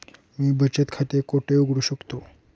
मी बचत खाते कोठे उघडू शकतो?